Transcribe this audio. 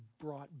brought